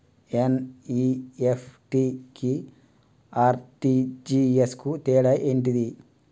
NEFT కి RTGS కు తేడా ఏంటిది?